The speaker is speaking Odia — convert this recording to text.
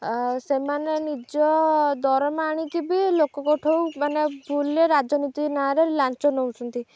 ଆ ସେମାନେ ନିଜ ଦରମା ଆଣିକି ବି ଲୋକଙ୍କଠୁ ମାନେ ଭୁଲରେ ରାଜନୀତି ନାଁରେ ଲାଞ୍ଚ ନେଉଛନ୍ତି